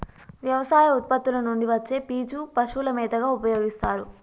వ్యవసాయ ఉత్పత్తుల నుండి వచ్చే పీచు పశువుల మేతగా ఉపయోస్తారు